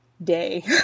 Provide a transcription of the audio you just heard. Day